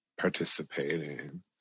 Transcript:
participating